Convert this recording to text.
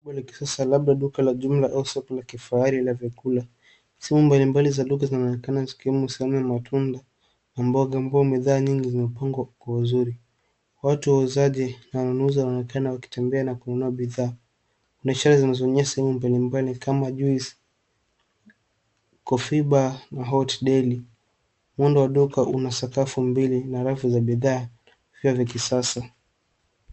Duka la kisasa labda duka la jumla la kifahari za vyakula. Sehemu mbalimbali za duka zinaonekana zikiwemo sehemu ya matunda na mboga ambapo bidhaa nyingi zimepangwa kwa uzuri. Watu wauzaji, wanunuzi wanaonekana wakitembea na kununua bidhaa. Kuna shelves zinaonyesha sehemu mbalimbali kama juice, coffee bar na hot deli. Muundo wa duka una sakafu mbili na rafu za bidhaa pia za kisasa.